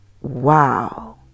Wow